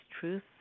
truth